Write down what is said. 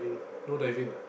no diving ah